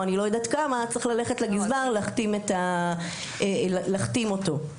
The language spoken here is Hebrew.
צריך ללכת לגזבר ולהחתים אותו.